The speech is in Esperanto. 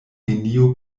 neniu